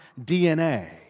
DNA